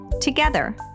Together